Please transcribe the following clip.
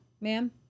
ma'am